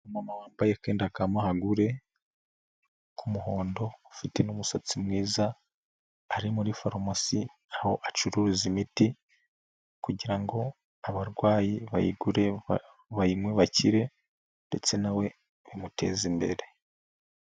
Umumama wambaye akenda ka mangure k'umuhondo ufite n'umusatsi mwiza ari muri farumasi aho acuruza imiti kugira ngo abarwayi bayigure bayinywe bakire ndetse na we bimuteza imbere.